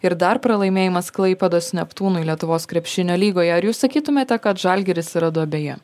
ir dar pralaimėjimas klaipėdos neptūnui lietuvos krepšinio lygoje ar jūs sakytumėte kad žalgiris yra duobėje